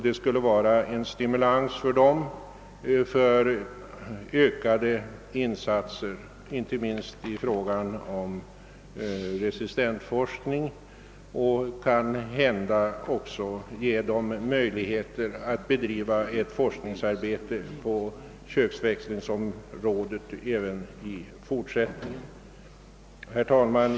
Det skulle vara en stimulans för den till ökade insatser inte minst i frågan om resistensforskning och skulle kanhända också ge Weibullsholm möjlighet att bedriva ett forskningsarbete på köksväxtodlingsområdet även i fortsättningen. Herr talman!